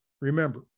Remember